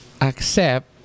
accept